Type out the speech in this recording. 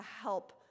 help